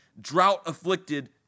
drought-afflicted